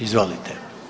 Izvolite.